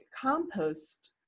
compost